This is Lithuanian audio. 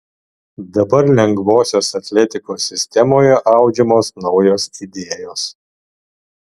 dabar lengvosios atletikos sistemoje audžiamos naujos idėjos